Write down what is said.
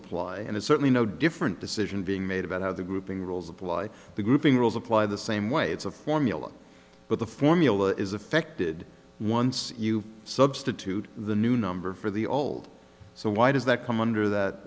apply and it's certainly no different decision being made about how the grouping rules apply the grouping rules apply the same way it's a formula but the formula is affected once you substitute the new number for the old so why does that come under that